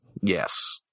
Yes